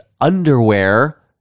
underwear